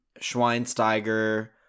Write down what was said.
Schweinsteiger